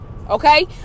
Okay